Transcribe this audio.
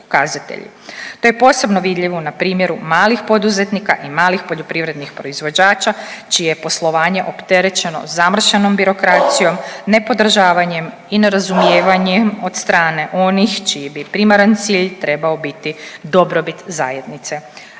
To je posebno vidljivo na primjeru malih poduzetnika i malih poljoprivrednih proizvođača, čije je poslovanje opterećeno zamršenom birokracijom, nepodržavanjem i nerazumijevanjem od strane onih čiji bi primaran cilj trebao biti dobrobit zajednice,